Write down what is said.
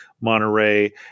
Monterey